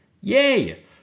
Yay